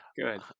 Good